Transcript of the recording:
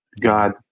God